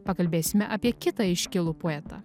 pakalbėsime apie kitą iškilų poetą